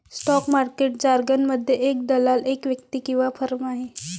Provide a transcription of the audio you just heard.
stock market जारगनमध्ये, एक दलाल एक व्यक्ती किंवा फर्म आहे